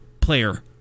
player